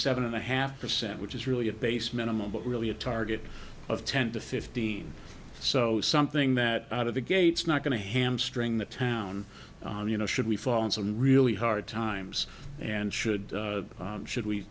seven and a half percent which is really a base minimum but really a target of ten to fifteen so something that out of the gates not going to hamstring the town you know should we fall in some really hard times and should should we